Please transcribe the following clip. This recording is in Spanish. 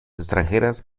extranjeras